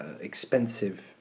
expensive